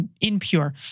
impure